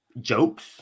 jokes